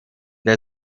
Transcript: der